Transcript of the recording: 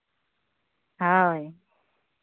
ᱦᱳᱭ